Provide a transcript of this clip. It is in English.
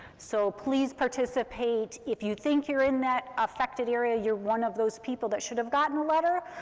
so please participate, if you think you're in that affected area, you're one of those people that should have gotten the letter.